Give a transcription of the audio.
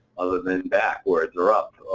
other than backwards or up,